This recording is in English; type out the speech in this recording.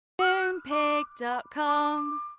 Moonpig.com